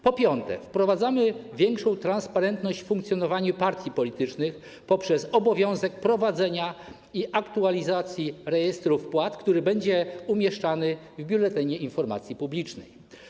Po piąte, wprowadzamy większą transparentność w funkcjonowaniu partii politycznych poprzez obowiązek prowadzenia i aktualizacji rejestru wpłat, który będzie umieszczany w Biuletynie Informacji Publicznej.